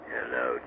Hello